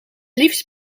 liefst